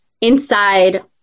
inside